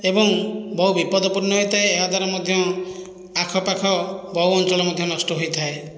ଏବଂ ବହୁତ ବିପଦପୂର୍ଣ୍ଣ ହୋଇଥାଏ ଏହାଦ୍ୱାରା ମଧ୍ୟ ଆଖପାଖ ବହୁ ଅଞ୍ଚଳ ମଧ୍ୟ ନଷ୍ଟ ହୋଇଥାଏ